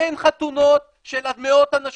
אין חתונות של מאות אנשים,